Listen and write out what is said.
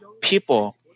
people